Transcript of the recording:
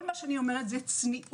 כל מה שאני אומרת צניעות.